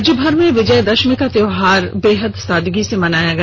राज्यभर में विजयादशमी का त्यौहार बेहद सादगी से मनाया गया